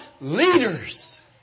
leaders